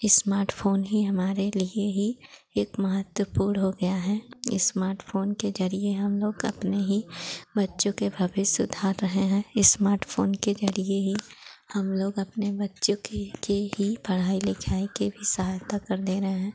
smartphone ही हमारे लिए ही एक महत्वपूर्ण हो गया है इस्माटफ़ोन के ज़रिए हम लोग अपने ही बच्चों के भविष्य सुधार रहे हैं इस्माटफ़ोन के ज़रिए ही हम लोग अपने बच्चों के के ही पढ़ाई लिखाई की भी सहायता कर दे रहे हैं